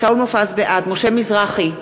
בעד משה מזרחי,